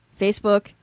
Facebook